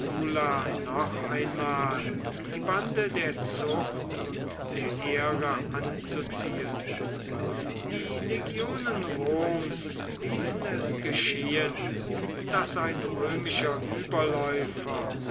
noch einmal die bande der zucht und der ehre anzuziehen die legionen roms ließen es geschehen daß ein römischer überläufer